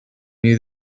knew